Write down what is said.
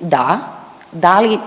Da. Da li